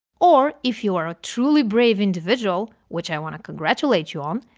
or if you are a truly brave individual, which i want to congratulate you on,